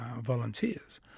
volunteers